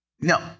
No